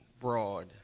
broad